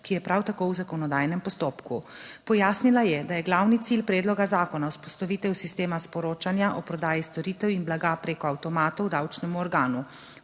ki je prav tako v zakonodajnem postopku. Pojasnila je, da je glavni cilj predloga zakona vzpostavitev sistema sporočanja o prodaji storitev in blaga preko avtomatov davčnemu organu.